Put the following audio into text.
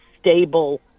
stable